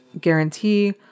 guarantee